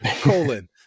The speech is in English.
colon